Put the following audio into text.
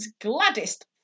gladdest